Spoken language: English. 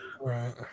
Right